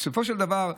בסופו של דבר,